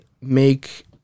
make